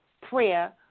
prayer